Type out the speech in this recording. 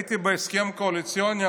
ראיתי בהסכם הקואליציוני,